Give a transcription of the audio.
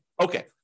Okay